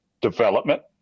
development